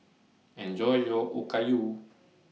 Enjoy your Okayu